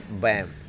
bam